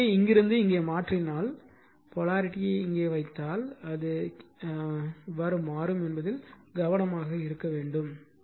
நான் புள்ளியை இங்கிருந்து இங்கே மாற்றினால் போலாரிட்டியை கீழே வைத்தால் அது மாறும் என்பதில் கவனமாக இருக்க வேண்டும்